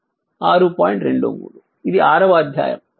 23 ఇది 6 వ అధ్యాయం